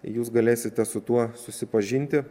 jūs galėsite su tuo susipažinti